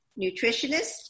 nutritionist